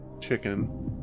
chicken